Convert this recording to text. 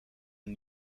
een